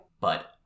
But-